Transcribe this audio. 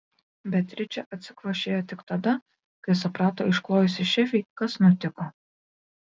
beatričė atsikvošėjo tik tada kai suprato išklojusi šefei kas nutiko